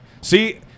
See